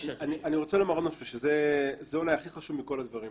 אני רוצה לומר עוד משהו שזה אולי הכי חשוב מכל הדברים.